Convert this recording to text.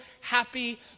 happy